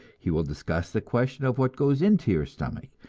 he will discuss the question of what goes into your stomach,